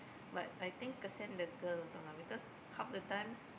but I think cause send the girl also lah because half the time